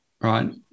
right